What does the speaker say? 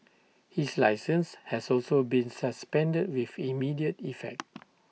his licence has also been suspended with immediate effect